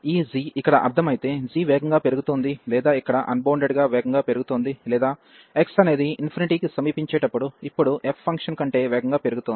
ఈ g ఇక్కడ అర్ధం అయితే g వేగంగా పెరుగుతోంది లేదా ఇక్కడ అన్బౌండెడ్ గా వేగంగా పెరుగుతోంది లేదా x అనేది కి సమీపించేటప్పుడు ఇప్పుడు f ఫంక్షన్ కంటే వేగంగా పెరుగుతుంది